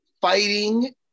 fighting